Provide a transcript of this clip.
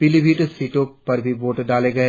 पीलीभीत सीटों पर वोट डाले गए